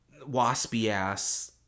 waspy-ass